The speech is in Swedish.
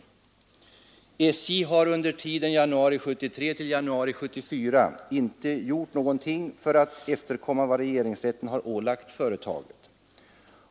SJ har under tiden januari 1973—januari 1974 inte gjort någonting för att efterkomma vad regeringsrätten ålagt företaget.